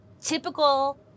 typical